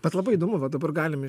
bet labai įdomu va dabar galim